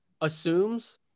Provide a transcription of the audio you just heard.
assumes